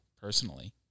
personally